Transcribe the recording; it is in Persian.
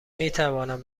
میتوانند